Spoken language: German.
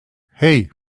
hei